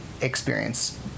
experience